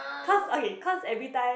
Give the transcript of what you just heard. cause okay cause everytime